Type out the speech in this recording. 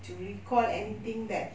to recall anything that